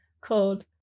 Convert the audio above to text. called